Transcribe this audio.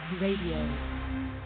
Radio